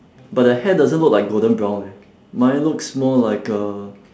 but the hair doesn't look like golden brown leh mine looks more like uh